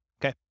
Okay